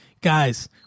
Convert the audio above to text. guys